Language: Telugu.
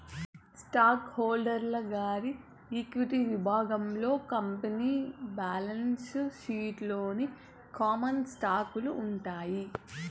స్టాకు హోల్డరు గారి ఈక్విటి విభాగంలో కంపెనీ బాలన్సు షీట్ లోని కామన్ స్టాకులు ఉంటాయి